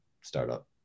startup